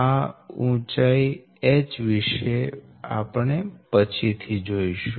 આ ઉંચાઈ h વિષે આપણે પછીથી જોઈશું